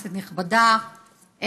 כנסת נכבדה,